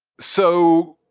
so,